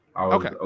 Okay